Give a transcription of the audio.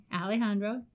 Alejandro